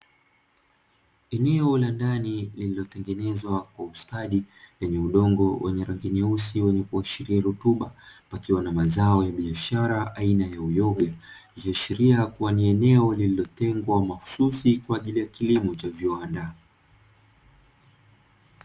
Eneo la ndani lililotengenezwa kwa ustadi, lenye udongo wenye rangi nyeusi wenye kuashiria rutuba, pakiwa na mazao ya biashara aina ya uyoga, ikiashiria kuwa ni eneo lililo tengwa mahususi kwa ajili ya kilimo cha viwanda.